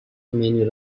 many